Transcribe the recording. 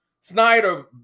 Snyder